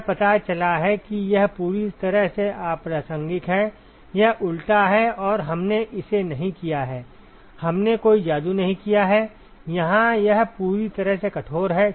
यह पता चला है कि यह पूरी तरह से अप्रासंगिक है यह उल्टा है और हमने इसे किया है हमने कोई जादू नहीं किया है यहां यह पूरी तरह से कठोर है